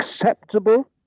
acceptable